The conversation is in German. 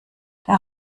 der